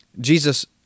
Jesus